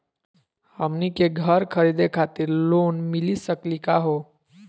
हमनी के घर खरीदै खातिर लोन मिली सकली का हो?